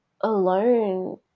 alone